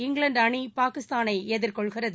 இங்கிலாந்து அணி பாகிஸ்தானை எதிர்கொள்கிறது